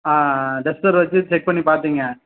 ஆ tester வச்சு check பண்ணிப் பார்த்திங்க